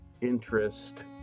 interest